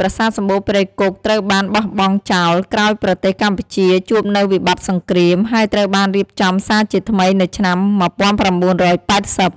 ប្រាសាទសំបូរព្រៃគុកត្រូវបានបោះបង់ចោល ក្រោយប្រទេសកម្ពុជាជួបនូវវិបត្តិសង្រ្គាម ហើយត្រូវបានរៀបចំសារជាថ្មីនៅឆ្នាំ១៩៨០។